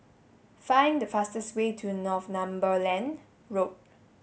find the fastest way to Northumberland Road